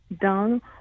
done